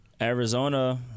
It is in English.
Arizona